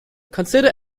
consider